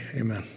Amen